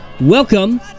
welcome